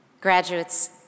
Graduates